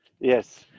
yes